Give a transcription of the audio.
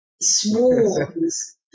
swarms